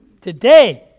Today